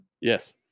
Yes